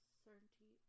certainty